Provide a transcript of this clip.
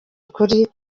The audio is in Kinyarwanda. ukuri